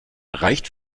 reicht